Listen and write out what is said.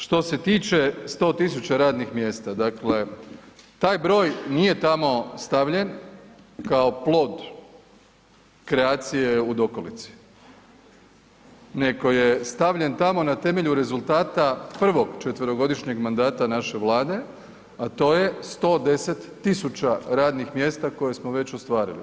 Što se tiče 100 tisuća radnih mjesta, dakle, taj broj nije tamo stavljen kao plod kreacije u dokolici nego je stavljen tamo na temelju rezultata 1. četverogodišnjeg mandata naše Vlade, a to je 110 tisuća radnih mjesta koje smo već ostvarili.